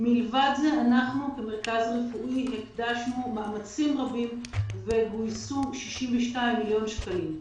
מלבד זה אנחנו כמרכז רפואי הקדשנו מאמצים רבים וגויסו 62 מיליון שקלים.